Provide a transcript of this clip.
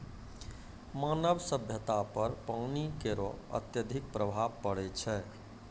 मानव सभ्यता पर पानी केरो अत्यधिक प्रभाव पड़ै छै